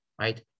right